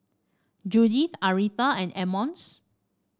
Judyth Aretha and Emmons